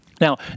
Now